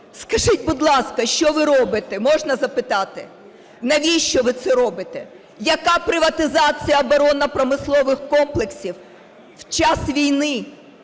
Скажіть, будь ласка, що ви робите, можна запитати? Навіщо ви це робите? Яка приватизація оборонно-промислових комплексів в час війни?